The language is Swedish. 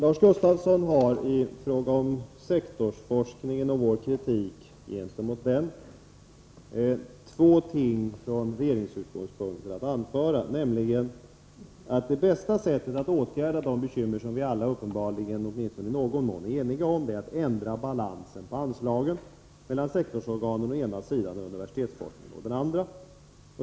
Fru talman! I fråga om sektorsforskningen och vår kritik gentemot den har Lars Gustafsson två ting att anföra från regeringsutgångspunkter. Det ena är att det bästa sättet att åtgärda de bekymmer som vi alla uppenbarligen, åtminstone i någon mån, är eniga om är att ändra balansen mellan anslagen tillsektorsorganen å ena sidan och anslagen till universitetsforskningen å den andra.